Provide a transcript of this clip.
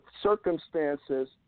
circumstances